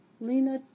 Lena